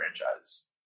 franchise